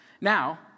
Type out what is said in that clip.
Now